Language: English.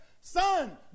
Son